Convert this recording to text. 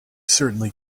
certainly